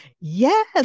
Yes